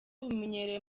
bumenyerewe